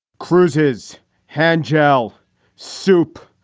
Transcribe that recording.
cruise's hand gel soup.